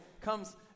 comes